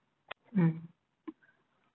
mm